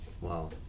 Wow